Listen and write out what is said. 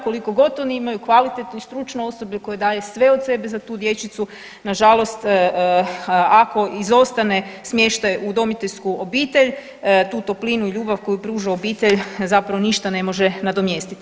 Koliko god oni imaju kvalitetno i stručno osoblje koje daje sve od sebe za tu dječicu nažalost ako izostane smještaj u udomiteljsku obitelj, tu toplinu i ljubav koju pruža obitelj zapravo ništa ne može nadomjestiti.